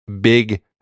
big